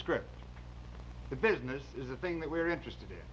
script the business is the thing that we're interested in